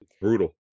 brutal